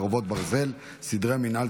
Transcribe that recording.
חרבות ברזל) (סדרי מינהל,